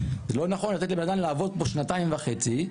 לא נכון לתת לבן אדם לעבוד פה שנתיים וחצי,